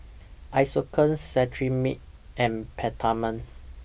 Isocal Cetrimide and Peptamen